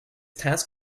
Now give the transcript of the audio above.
task